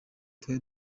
twari